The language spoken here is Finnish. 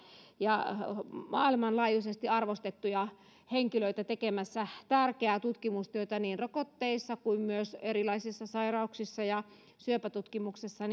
ja maailmanlaajuisesti arvostettuja henkilöitä tekemässä tärkeää tutkimustyötä niin rokotteissa kuin myös erilaisissa sairauksissa ja syöpätutkimuksessa